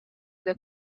the